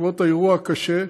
בעקבות האירוע הקשה,